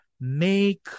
Make